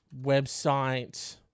website